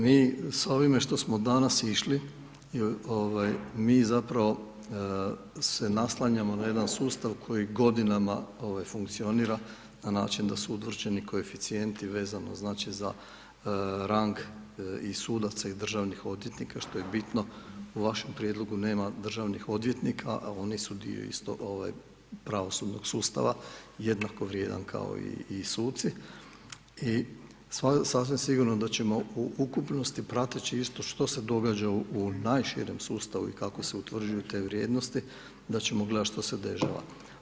Mi s ovime što smo danas išli ovaj mi zapravo se naslanjamo na jedan sustav koji godinama ovaj funkcionira na način da su utvrđeni koeficijenti vezano znači za rang i sudaca i državnih odvjetnika što je bitno, u vašem prijedlogu nema državnih odvjetnika, a oni su dio isto ovaj pravosudnog sustava jednakovrijedan kao i suci i sasvim sigurno da ćemo u ukupnosti prateći isto što se događa u najširem sustavu i kako se utvrđuju te vrijednosti, da ćemo gledati što se dešava.